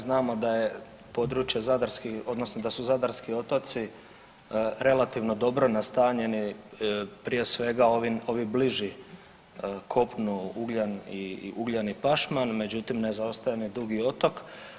Znamo da je područje zadarskih odnosno da su zadarski otoci relativno dobro nastanjeni, prije svega ovi, ovi bliži kopnu Ugljan, Ugljan i Pašman, međutim ne zaostaje ni Dugi otok.